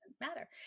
Matter